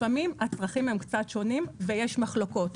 לפעמים הצרכים הם קצת שונים ויש מחלוקות.